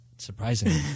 Surprisingly